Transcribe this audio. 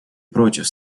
против